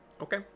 Okay